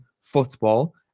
football